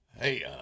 Hey